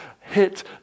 hit